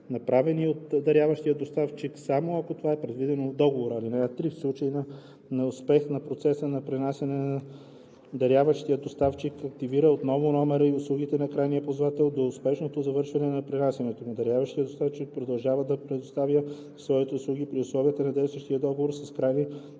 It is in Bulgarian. направени от даряващия доставчик, само ако това е предвидено в договора. (3) В случай на неуспех на процеса по пренасяне даряващият доставчик активира отново номера и услугите на крайния ползвател до успешното завършване на пренасянето. Даряващият доставчик продължава да предоставя своите услуги при условията на действащия договор с крайния ползвател